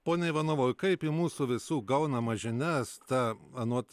pone ivanovai kaip į mūsų visų gaunamas žinias ta anot